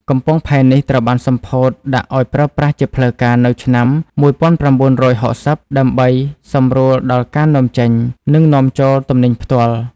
កំពង់ផែនេះត្រូវបានសម្ពោធដាក់ឱ្យប្រើប្រាស់ជាផ្លូវការនៅឆ្នាំ ១៩៦០ ដើម្បីសម្រួលដល់ការនាំចេញ និងនាំចូលទំនិញផ្ទាល់។